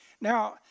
Now